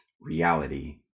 reality